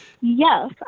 Yes